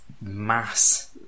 mass